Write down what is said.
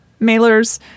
mailers